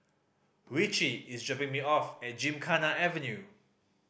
Ritchie is dropping me off at Gymkhana Avenue